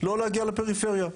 לא להגיע לפריפריה,